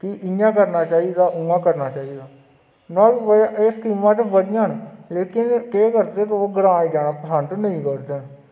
कि इ'यां करना चाहि्दा इ'यां करना चाहि्दा नुहाड़ी बजह् कन्नै एह् स्कीमां ते बड़ियां न केह् करदे लोग ग्रांऽ ई जाना पसंद नेईं करदे हैन